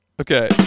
Okay